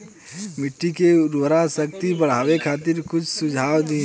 मिट्टी के उर्वरा शक्ति बढ़ावे खातिर कुछ सुझाव दी?